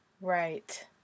Right